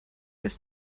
ist